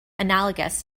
analogous